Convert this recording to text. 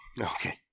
Okay